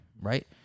Right